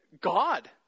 God